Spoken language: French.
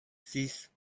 six